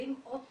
ואם עוד פעם,